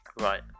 right